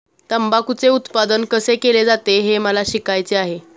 तंबाखूचे उत्पादन कसे केले जाते हे मला शिकायचे आहे